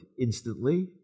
instantly